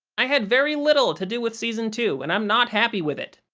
i had very little to do with season two, and i'm not happy with it.